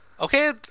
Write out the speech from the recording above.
Okay